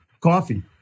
coffee